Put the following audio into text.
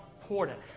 important